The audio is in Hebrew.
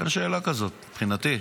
אין שאלה כזאת, מבחינתי.